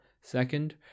Second